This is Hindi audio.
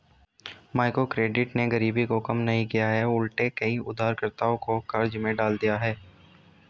माइक्रोक्रेडिट ने गरीबी को कम नहीं किया उलटे कई उधारकर्ताओं को कर्ज में डाल दिया है